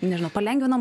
nežinau palengvina